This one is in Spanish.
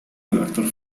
redactor